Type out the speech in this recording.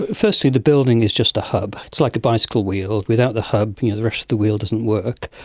ah firstly, the building is just a hub. it's like a bicycle wheel, without the hub, you know the rest of the wheel doesn't work.